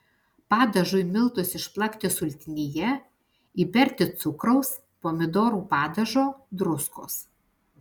padažui miltus išplakti sultinyje įberti cukraus pomidorų padažo druskos